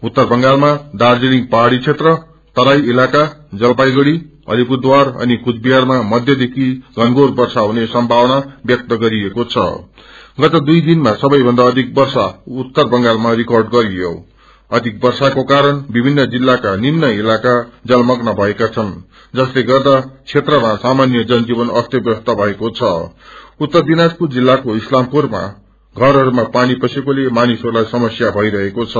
उत्तर बंगालमा दाजीलिङ पाहाज़ी क्षेत्र तराई इलाका जलपाईगुङी अलिपुरद्वार अनि कूचबिझरमा मध्यमदेखि घनधोर वर्षाहुने संशावना व्यक्त गरिएको छ गत दुइ दिनमा सबैभन्दा अधिक वर्षाको कारण रिकंड गरियो अधिक वषाको कारण विभिन्न जिल्लाका निम्न इअताका जलमम्न भएकाछन् जसले गर्दा क्षेत्रमा सामान्य जनजीवन अस्तव्यस्त भएको छं उत्तर दिनाजपुर जिल्लाको इस्लामपूरमा घरहरूमा पानी पसेकोले मानिसहरूलाई समस्या भइरहेको छ